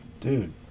Dude